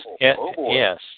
Yes